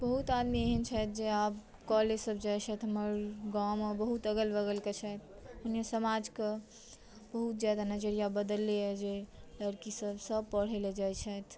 बहुत आदमी एहन छथि जे आब कॉलेज सभ जाइत छथि हमर गाँवमे बहुत अगल बगलके छथि अपने समाजके बहुत ज्यादा नजरिया बदललैए जे लड़कीसभ सभ पढ़य लेल जाइत छथि